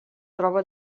troba